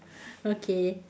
okay